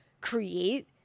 create